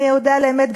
אני אודה על האמת,